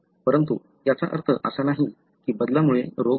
परंतु याचा अर्थ असा नाही की बदलामुळे रोग होतो